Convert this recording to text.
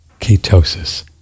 ketosis